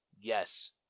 Yes